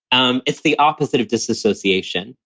um it's the opposite of disassociation.